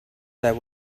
that